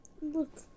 Look